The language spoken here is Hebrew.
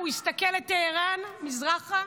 הוא הסתכל אל טהראן מזרחה,